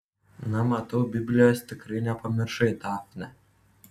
na matau biblijos tikrai nepamiršai dafne